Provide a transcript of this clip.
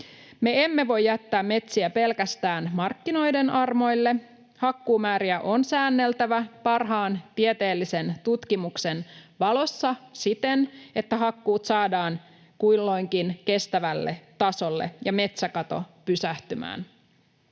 Me emme voi jättää metsiä pelkästään markkinoiden armoille. Hakkuumääriä on säänneltävä parhaan tieteellisen tutkimuksen valossa siten, että hakkuut saadaan kulloinkin kestävälle tasolle ja metsäkato pysähtymään.